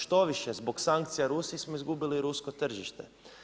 Štoviše, zbog sankcije Rusije, smo izgubili rusko tržište.